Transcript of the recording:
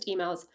emails